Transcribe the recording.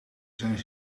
zijn